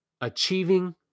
achieving